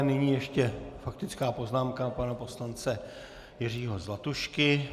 Nyní ještě faktická poznámka pana poslance Jiřího Zlatušky.